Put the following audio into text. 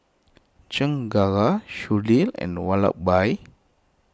Chengara Sudhir and Vallabhbhai